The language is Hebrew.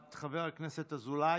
חבר הכנסת אזולאי,